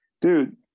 dude